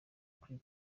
kuri